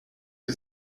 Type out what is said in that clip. sie